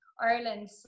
Ireland